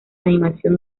animación